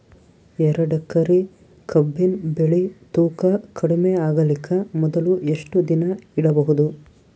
ಎರಡೇಕರಿ ಕಬ್ಬಿನ್ ಬೆಳಿ ತೂಕ ಕಡಿಮೆ ಆಗಲಿಕ ಮೊದಲು ಎಷ್ಟ ದಿನ ಇಡಬಹುದು?